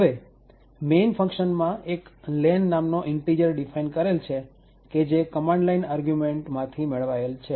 હવે main ફંક્શનમાં એક len નામનો ઇન્ટીજર ડિફાઇન કરેલ છે કે જે કમાંડ લાઈન આર્ગ્યુંમેન્ટ માંથી મેળવાયેલ છે